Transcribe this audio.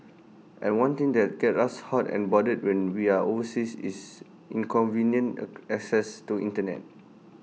and one thing that gets us hot and bothered when we're overseas is inconvenient access to Internet